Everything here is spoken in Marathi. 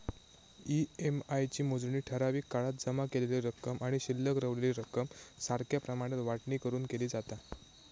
ई.एम.आय ची मोजणी ठराविक काळात जमा केलेली रक्कम आणि शिल्लक रवलेली रक्कम सारख्या प्रमाणात वाटणी करून केली जाता